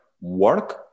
work